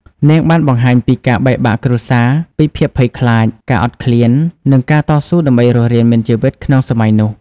នាងបានបង្ហាញពីការបែកបាក់គ្រួសារ ពីភាពភ័យខ្លាច ការអត់ឃ្លាន និងការតស៊ូដើម្បីរស់រានមានជីវិតក្នុងសម័យនោះ។